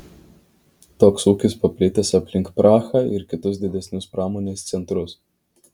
toks ūkis paplitęs aplink prahą ir kitus didesnius pramonės centrus